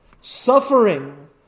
Suffering